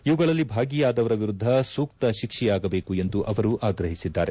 ಇವುಗಳಲ್ಲಿ ಭಾಗಿಯಾದವರ ವಿರುದ್ದ ಸೂಕ್ತ ಶಿಕ್ಷೆಯಾಗಬೇಕು ಎಂದು ಅವರು ಆಗ್ರಹಿಸಿದ್ದಾರೆ